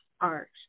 art